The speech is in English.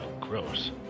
gross